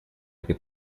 этой